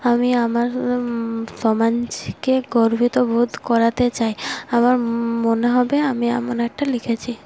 আমি আমার সমাজকে গর্বিত বোধ করাতে চাই আমার মনে হবে আমি এমন একটা লিখেছি